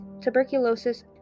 tuberculosis